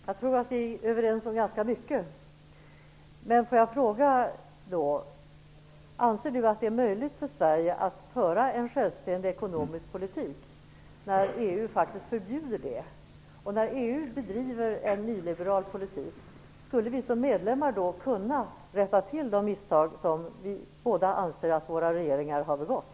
Herr talman! Jag tror att vi är överens om ganska mycket. Får jag då fråga: Anser Bengt-Ola Ryttar att det är möjligt för Sverige att föra en självständig ekonomisk politik när EU faktiskt förbjuder det och när EU bedriver en nyliberal politik? Skulle vi som medlemmar kunna rätta till de misstag som vi båda anser att våra regeringar har begått?